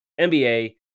NBA